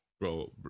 bro